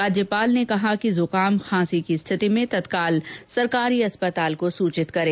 राज्यपाल ने कहा कि जुकाम खांसी की स्थिति में तत्काल राजकीय चिकित्सालय को सूचित करें